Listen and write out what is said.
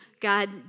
God